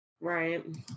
Right